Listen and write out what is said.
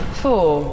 four